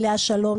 עליה השלום,